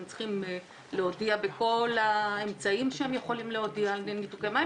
הם צריכים להודיע בכל האמצעים שהם יכולים להודיע על ניתוקי מים.